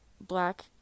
black